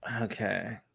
Okay